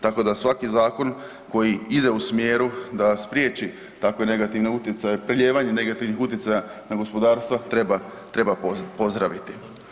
Tako da svaki zakon koji ide u smjeru da spriječi takve negativne utjecaje, prelijevanja negativnih utjecaja na gospodarstva treba pozdraviti.